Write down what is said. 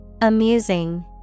Amusing